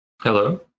hello